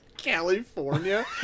California